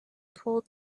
pulled